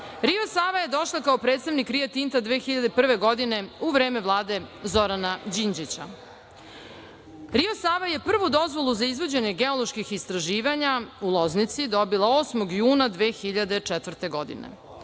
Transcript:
Rio Sava je došla kao predstavnik Rio Tinta 2001. godine u vreme Vlade Zorana Đinđića. Rio Sava je prvu dozvolu za izvođenje geoloških istraživanja u Loznici dobila 8. juna. 2004. godine.